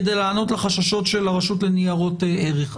כדי לענות לחששות של רשות ניירות ערך.